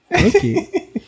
Okay